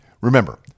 Remember